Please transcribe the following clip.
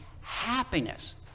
happiness